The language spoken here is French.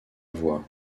voix